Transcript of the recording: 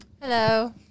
Hello